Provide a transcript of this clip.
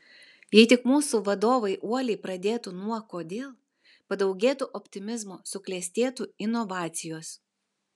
jei tik mūsų vadovai uoliai pradėtų nuo kodėl padaugėtų optimizmo suklestėtų inovacijos